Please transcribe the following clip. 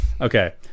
Okay